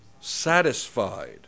satisfied